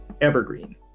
evergreen